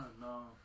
no